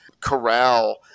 corral